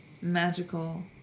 magical